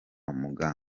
muganga